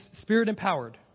spirit-empowered